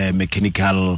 mechanical